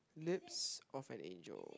Lips-of_an_Angel